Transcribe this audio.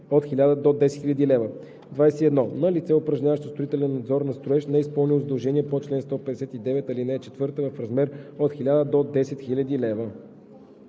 от 1000 до 10 000 лв.; 21. на лице, упражняващо строителен надзор на строеж, неизпълнило задължение по чл. 159, ал. 4 – в размер от 1000 до 10 000 лв.;